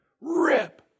rip